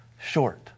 short